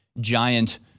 giant